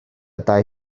dau